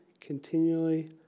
continually